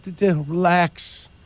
relax